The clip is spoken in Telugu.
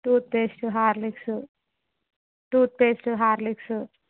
tooth paste Horlicks toothpaste Horlicks